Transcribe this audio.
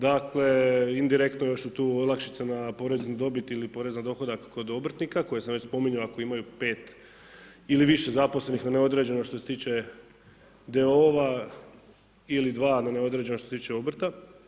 Dakle, indirektno još su tu olakšice na poreznu dobit ili porez na dohodak kod obrtnika, koje sam spominjao ako imaju pet ili više zaposlenih na neodređeno što se tiče d.o.o. ili dva na neodređeno što se tiče obrta.